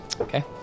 Okay